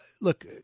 look